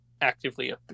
actively